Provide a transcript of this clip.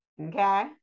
Okay